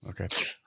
Okay